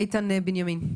איתן בנימין,